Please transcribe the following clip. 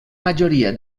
majoria